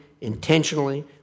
intentionally